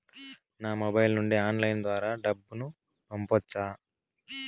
నా మొబైల్ నుండి ఆన్లైన్ ద్వారా డబ్బును పంపొచ్చా